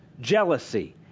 jealousy